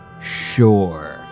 Sure